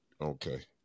okay